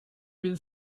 will